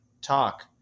talk